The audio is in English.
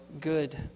good